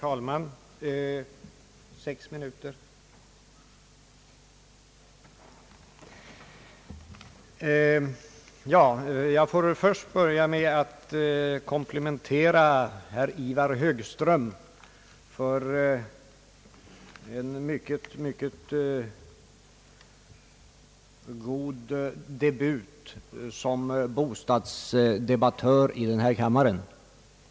Herr talman! Jag vill börja med att komplimentera herr Ivar Högström för en mycket god debut som bostadsdebattör i denna kammare.